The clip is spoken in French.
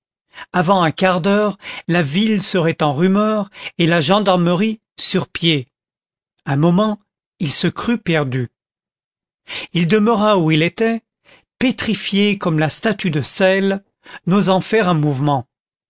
avant un quart d'heure la ville serait en rumeur et la gendarmerie sur pied un moment il se crut perdu il demeura où il était pétrifié comme la statue de sel n'osant faire un mouvement